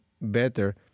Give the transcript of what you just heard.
better